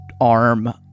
arm